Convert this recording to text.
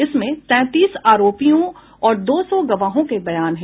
इसमें तेंतीस आरोपियों और दो सौ गवाहों के बयान हैं